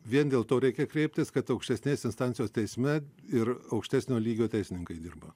vien dėl to reikia kreiptis kad aukštesnės instancijos teisme ir aukštesnio lygio teisininkai dirba